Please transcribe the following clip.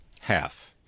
half